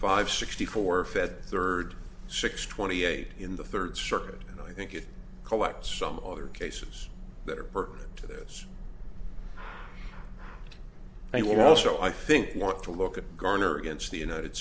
five sixty four fed third six twenty eight in the third circuit and i think it collects some other cases that are pertinent to this i would also i think want to look at garner against the united